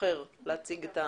בוחר להציג?